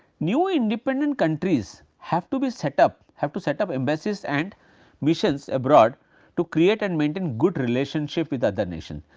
new, independent countries have to be set up, have to set up embassies and missions abroad to create and maintain good relationship with other nation.